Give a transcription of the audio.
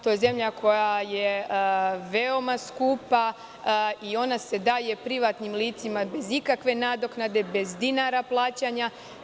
To je zemlja koja je veoma skupa i ona se daje privatnim licima bez ikakve nadoknade, bez dinara plaćanja.